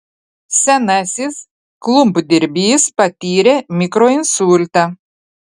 senasis klumpdirbys patyrė mikroinsultą